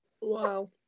Wow